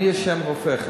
אני ה' רופאך,